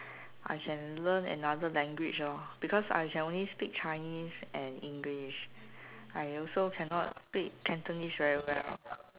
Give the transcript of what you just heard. I can learn another language lor because I can only speak chinese and english I also cannot speak cantonese very well